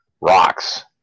rocks